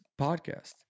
podcast